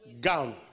gown